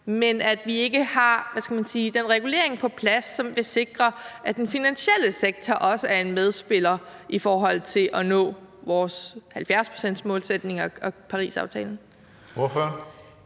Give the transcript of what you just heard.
men at vi ikke har den regulering på plads, som vil sikre, at den finansielle sektor også er en medspiller i forhold til at nå vores 70-procentsmålsætning og Parisaftalen?